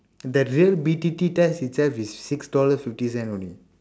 the real B_T_T test itself is six dollars fifty cents only